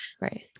Right